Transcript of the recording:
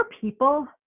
people